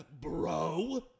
bro